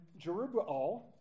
Jerubbaal